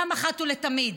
אחת ולתמיד: